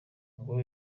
ngo